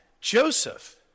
Joseph